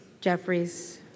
Jeffries